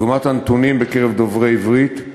לעומת הנתונים בקרב דוברי עברית: